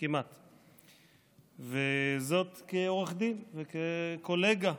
וזאת כעורך דין וכקולגה,